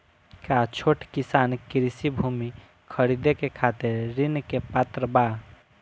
का छोट किसान कृषि भूमि खरीदे के खातिर ऋण के पात्र बा?